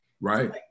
Right